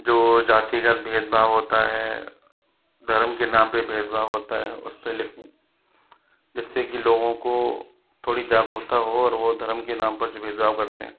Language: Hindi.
जो जातिगत भेदभाव होता है धर्म के नाम पर भेदभाव होता है उसपे लिखूँ जिससे की लोगों को थोड़ी जागरूकता हो और वो धर्म के नाम पर जो भेदभाव करते हैं